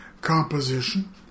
composition